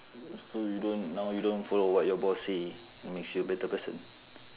so you don't now you don't follow what your boss say it makes you a better person